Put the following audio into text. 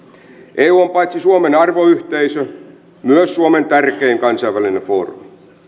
eu on paitsi suomen arvoyhteisö myös suomen tärkein kansainvälinen foorumi